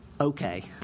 okay